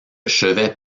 chevet